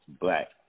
black